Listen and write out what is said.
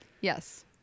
Yes